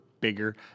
Bigger